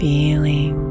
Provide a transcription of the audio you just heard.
Feeling